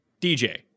DJ